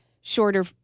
shorter